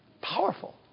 Powerful